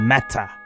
Matter